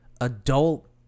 adult